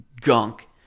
gunk